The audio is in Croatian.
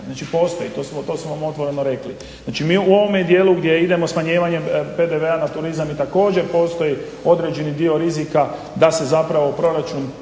Znači postoji, to smo vam otvoreno rekli. Znači, mi u ovome dijelu gdje idemo smanjivanjem PDV-a na turizam i također postoji određeni dio rizika da se zapravo proračun